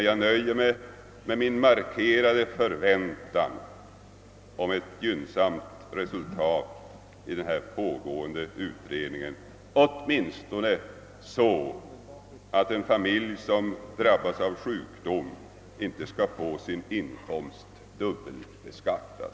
Jag nöjer mig med att på detta sätt markera min förväntan om ett gynnsamt resultat av den pågående utredningen, så att en familj som drabbas av sjukdom åtminstone inte får sin inkomst dubbelbeskattad.